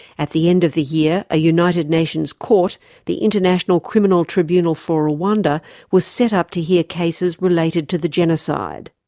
at the end of the year a united nations court the international criminal tribunal for rwanda was set up to hear cases related to the genocide.